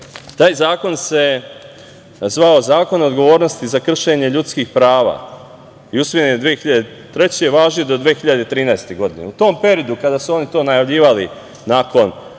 Taj zakon se zvao Zakon odgovornosti za kršenje ljudskih prava i usvojen je 2003. godine, a važi do 2013. godine. U tom periodu kada su oni to najavljivali nakon